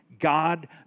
God